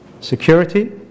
Security